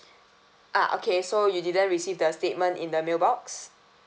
ah okay so you didn't receive the statement in the mailbox